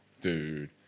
dude